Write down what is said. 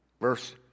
verse